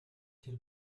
тэр